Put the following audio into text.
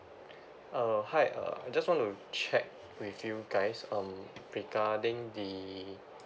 uh hi uh I just want to check with you guys um regarding the